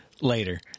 later